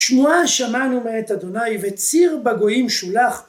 ‫שמועה שמענו מאת אדוני ‫וציר בגויים שולח.